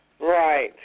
Right